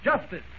justice